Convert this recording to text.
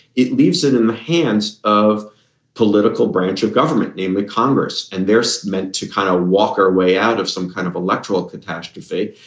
it leaves it in the hands of political branch of government, namely congress. and they're meant to kind of walk our way out of some kind of electoral catastrophe.